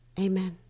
Amen